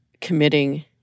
committing